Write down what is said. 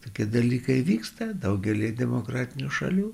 tokie dalykai vyksta daugelyje demokratinių šalių